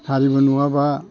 हारिमु नङाब्ला